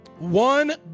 One